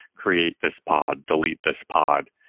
create this pod, delete this pod,